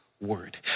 Word